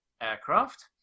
aircraft